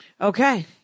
okay